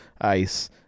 ice